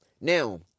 Now